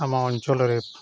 ଆମ ଅଞ୍ଚଳରେ